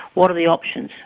what are the options?